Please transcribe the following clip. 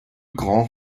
grands